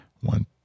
one